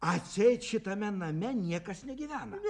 atseit šitame name niekas negyvena